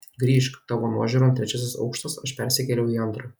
grįžk tavo nuožiūron trečiasis aukštas aš persikėliau į antrą